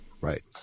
Right